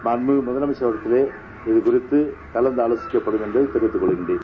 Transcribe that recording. மாண்புமிகு முதலமைச்சர் அவர்களிடையே இதுகுறித்து கலந்தாலோசிக்கப்படும் என்று தெரிவித்துக் கொள்கிறேன்